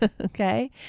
Okay